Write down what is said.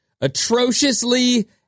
atrociously